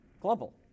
Global